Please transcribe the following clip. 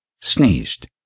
sneezed